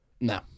No